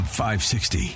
560